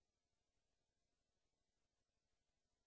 לא, זה